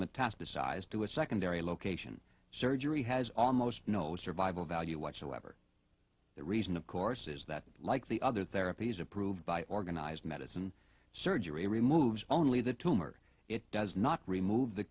metastasized to a secondary location surgery has almost no survival value whatsoever the reason of course is that like the other therapies approved by organized medicine surgery removes only the tumor it does not remove the